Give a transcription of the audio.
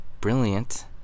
brilliant